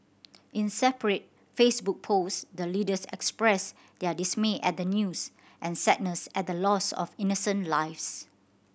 in separate Facebook post the leaders expressed their dismay at the news and sadness at the loss of innocent lives